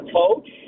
coach